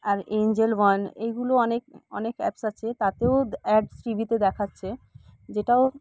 আর angel one এইগুলো অনেক অনেক অ্যাপস আছে তাতেও অ্যাডস টিভিতে দেখাচ্ছে যেটাও